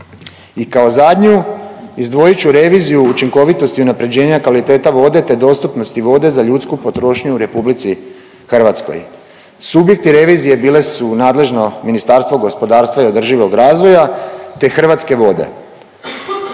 I ako zadnju izdvojit ću reviziju učinkovitosti i unapređenja kvaliteta vode, te dostupnosti vode za ljudsku potrošnju u Republici Hrvatskoj. Subjekti revizije bile su nadležno Ministarstvo gospodarstva i održivog razvoja, te Hrvatske vode.